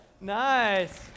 nice